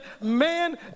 man